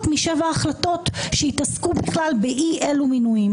משבע החלטות שהתעסקו בכלל באי-אלו מינויים.